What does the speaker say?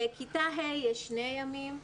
בכיתה ה' יש שני ימים.